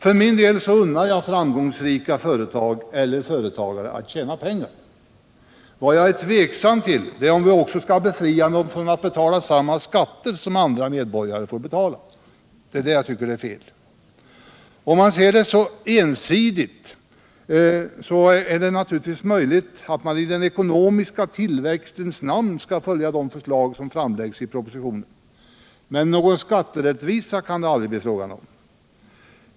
För min del unnar jag framgångsrika företag eller företagare att tjäna pengar, men jag är tveksam om vi också skall befria dem från att betala samma skatter som andra medborgare får betala. Det är det jag tycker är fel. Om man ser det ensidigt är det naturligtvis möjligt att man i den ekonomiska tillväxtens namn skall följa de förslag som framläggs i propositionen, men någon skatterättvisa kan det aldrig bli fråga om.